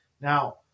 Now